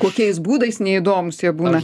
kokiais būdais neįdomūs jie būna